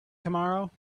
tomorrow